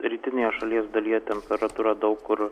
rytinėje šalies dalyje temperatūra daug kur